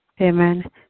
Amen